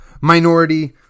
minority